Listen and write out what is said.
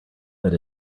that